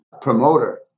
promoter